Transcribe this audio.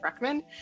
Freckman